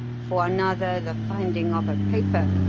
for another, the finding of a paper,